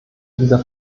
dieser